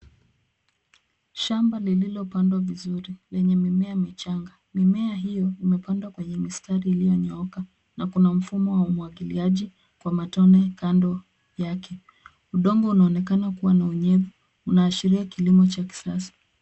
Shamba lililopandwa vizuri, lenye mimea michanga. Mimea hiyo imepandwa kwenye mistari iliyo nyooka, na Kuna mfumo wa umwagiliaji kwa matone kando yake. Udongo unaonekana kuwa na unyevu. unaashiria kilimo cha kisasa.